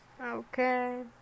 Okay